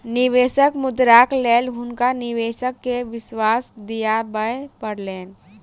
निवेशक मुद्राक लेल हुनका निवेशक के विश्वास दिआबय पड़लैन